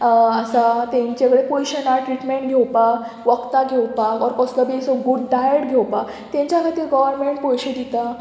आसा तांचे कडेन पयशे ना ट्रिटमेंट घेवपाक वखदां घेवपाक ओर कसलो बी असो गूड डायट घेवपाक तेंच्या खातीर गोवोरमेंट पयशे दिता